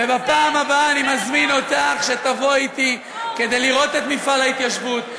בפעם הבאה אני מזמין אותך שתבואי אתי כדי לראות את מפעל ההתיישבות,